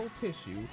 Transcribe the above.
tissue